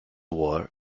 war